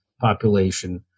population